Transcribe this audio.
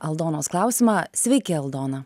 aldonos klausimą sveiki aldona